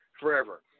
forever